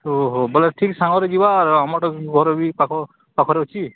ଓହୋ ବୋଲେ ଠିକ୍ ସାଙ୍ଗରେ ଯିବା ଆମରଟା ଘରବି ପାଖ ପାଖରେ ଅଛି